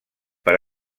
per